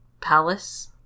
palace